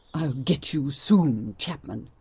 i'll get you soon, chapman!